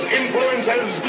influences